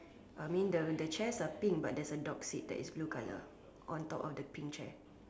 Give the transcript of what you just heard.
uh I mean the the chairs are pink but there's a dog seat that is blue color on top of the pink chair